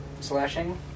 slashing